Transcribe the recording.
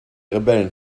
rebellen